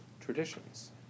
traditions